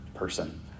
person